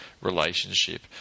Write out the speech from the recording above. relationship